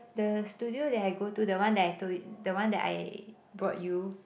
the studio that I go to the one that I told the one that I brought you